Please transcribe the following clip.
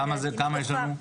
כמה יש לנו?